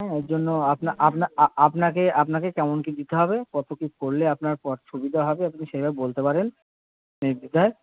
হ্যাঁ এর জন্য আপনাকে আপনাকে কেমন কী দিতে হবে কত কী করলে আপনার সুবিধা হবে আপনি সেইভাবে বলতে পারেন নির্দ্ধিধায়